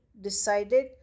decided